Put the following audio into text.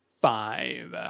five